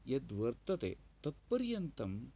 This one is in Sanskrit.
यद्वर्तते तत्पर्यन्तं